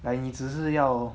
like 你只是要